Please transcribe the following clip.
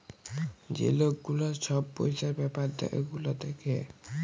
যে লক গুলা ছব পইসার ব্যাপার গুলা দ্যাখে